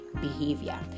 behavior